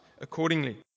accordingly